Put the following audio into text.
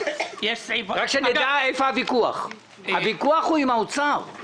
רק שנדע איפה הוויכוח: הוויכוח הוא עם משרד האוצר.